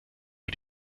für